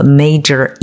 major